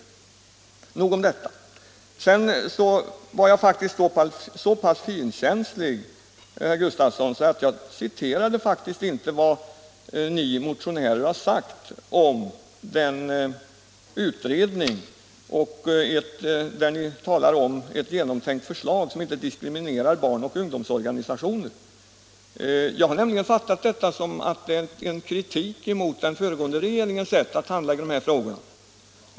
Sedan var jag faktiskt så pass finkänslig, herr Gustavsson, att jag inte citerade vad ni motionärer har sagt om den utredning, där ni talar om ett genomtänkt förslag som inte diskriminerar barn och ungdomsorganisationer. Jag har nämligen fattat detta som kritik mot den föregående regeringens sätt att handlägga dessa frågor.